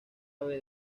árabe